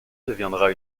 deviendra